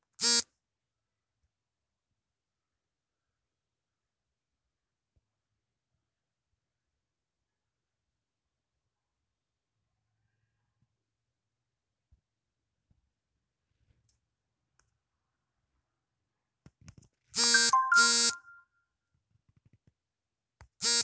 ರಂಜಕದ ಅಳತೆ ಮಾಡಿದಂತೆ ಐದುಸಾವಿರ ಹಸುಗಳ ತ್ಯಾಜ್ಯವು ಸುಮಾರು ಎಪ್ಪತ್ತುಸಾವಿರ ಜನರ ಪುರಸಭೆಗೆ ಸಮನಾಗಿದೆ